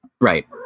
Right